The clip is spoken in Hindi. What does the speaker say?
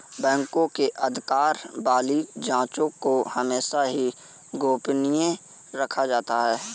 बैंकों के अधिकार वाली जांचों को हमेशा ही गोपनीय रखा जाता है